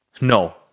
No